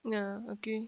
ya okay